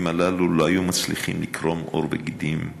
הללו לא היו מצליחים לקרום עור וגידים.